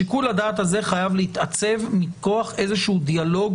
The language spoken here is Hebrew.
שיקול הדעת הזה חייב להתעצב מכוח איזשהו דיאלוג